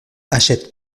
achète